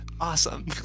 Awesome